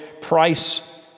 price